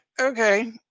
okay